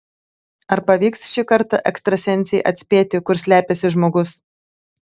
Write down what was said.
ar pavyks šį kartą ekstrasensei atspėti kur slepiasi žmogus